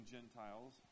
Gentiles